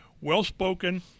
well-spoken